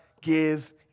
give